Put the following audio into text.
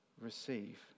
receive